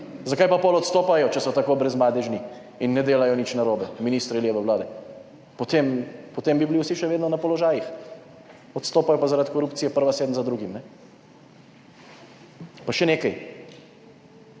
Zakaj pa potem odstopajo, če so tako brezmadežni, in ne delajo nič narobe, ministri leve vlade? Potem bi bili vsi še vedno na položajih. Odstopajo pa zaradi korupcije predvsem, eden za drugim. Pa še nekaj.